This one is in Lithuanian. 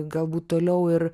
galbūt toliau ir